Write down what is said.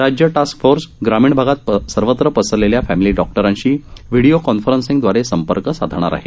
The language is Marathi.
राज्य टास्क फोर्स ग्रामीण भागात सर्वत्र पसरलेल्या फॅमिली डॉक्टरांशी व्हिडीओ कॉन्फरन्सिंगदवारे संपर्क साधणार आहे